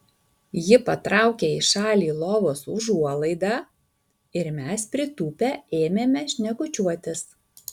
ji patraukė į šalį lovos užuolaidą ir mes pritūpę ėmėme šnekučiuotis